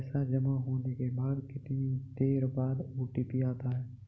पैसा जमा होने के कितनी देर बाद ओ.टी.पी आता है?